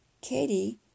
Katie